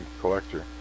collector